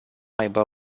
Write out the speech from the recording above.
aibă